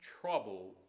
trouble